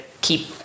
keep